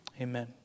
Amen